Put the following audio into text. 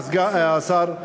השר,